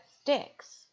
sticks